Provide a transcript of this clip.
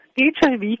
HIV